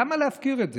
למה להפקיר את זה?